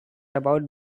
about